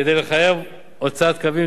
כדי לחייב הוצאת קווים